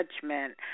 judgment